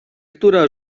która